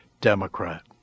democrat